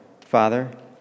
Father